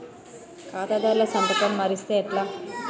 ఖాతాదారుల సంతకం మరిస్తే ఎట్లా?